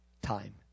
time